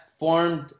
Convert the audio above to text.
formed